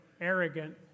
arrogant